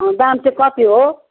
दाम चाहिँ कति हो